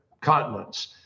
continents